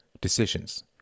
decisions